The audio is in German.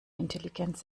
intelligenz